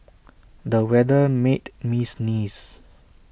the weather made me sneeze